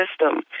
system